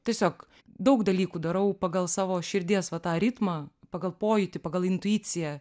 tiesiog daug dalykų darau pagal savo širdies va tą ritmą pagal pojūtį pagal intuiciją